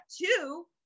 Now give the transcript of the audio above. two